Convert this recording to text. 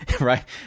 right